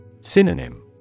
Synonym